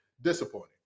Disappointing